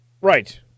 Right